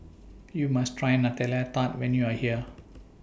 YOU must Try Nutella Tart when YOU Are here